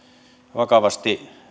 vakavasti